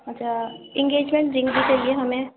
اچھا engagement ring بھی چاہیے ہمیں